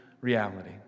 reality